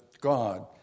God